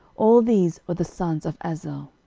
all these were the sons of azel.